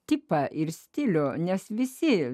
tipą ir stilių nes visi